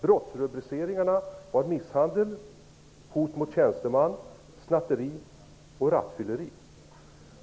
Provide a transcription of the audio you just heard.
Brottsrubriceringarna lyder: misshandel, hot mot tjänsteman, snatteri och rattfylleri.